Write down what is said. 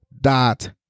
dot